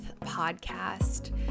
podcast